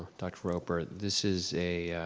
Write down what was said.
dr. roper. this is a.